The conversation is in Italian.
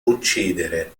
uccidere